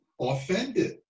offended